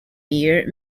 year